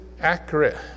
accurate